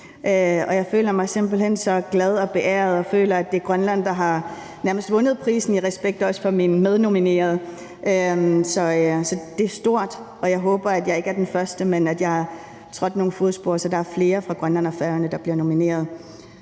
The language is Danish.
jeg føler mig simpelt hen så glad og beæret, og jeg føler, at det nærmest er Grønland, der har vundet prisen – også i respekt for mine mednominerede. Så det er stort, og jeg håber, at jeg ikke er den eneste, men at jeg har trådt nogle fodspor, så der er flere fra Grønland og Færøerne, der bliver nomineret.